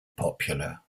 popular